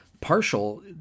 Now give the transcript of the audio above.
partial